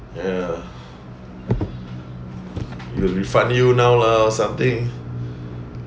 ya they'll refund you now lah or something